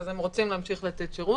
אז הם רוצים להמשיך לתת שירות,